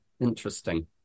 interesting